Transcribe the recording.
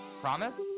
Promise